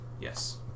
Yes